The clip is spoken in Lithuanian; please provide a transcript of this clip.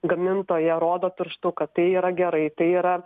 gamintoją rodo pirštu kad tai yra gerai tai yra